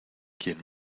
quien